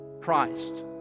Christ